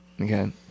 okay